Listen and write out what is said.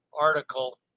article